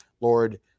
Lord